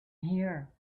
here